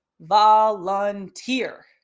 volunteer